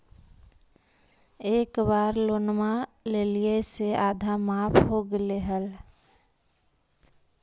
एक बार लोनवा लेलियै से आधा माफ हो गेले हल?